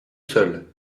seul